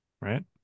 right